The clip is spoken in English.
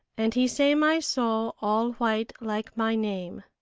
and he say my soul all white like my name.